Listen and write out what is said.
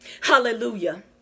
hallelujah